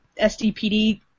SDPD